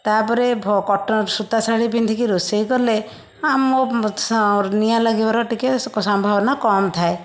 ତା'ପରେ ଭୋ କଟନ୍ ସୁତା ସାଢ଼ି ପିନ୍ଧିକି ରୋଷେଇ କଲେ ମୋ ସ ନିଆଁ ଲାଗିବାର ଟିକିଏ ସକ ସମ୍ଭାବନା କମ ଥାଏ